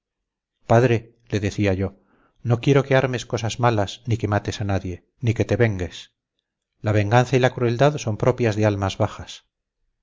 padre le decía yo no quiero que armes cosas malas ni que mates a nadie ni que te vengues la venganza y la crueldad son propias de almas bajas